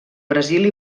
brasil